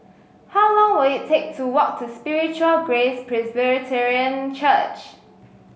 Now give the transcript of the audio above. how long will it take to walk to Spiritual Grace Presbyterian Church